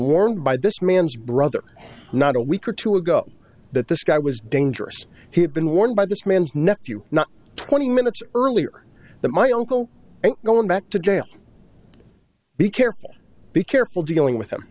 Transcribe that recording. warned by this man's brother not a week or two ago that this guy was dangerous he had been warned by this man's nephew not twenty minutes earlier that my uncle going back to jail be careful be careful dealing with him